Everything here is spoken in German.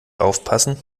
aufpassen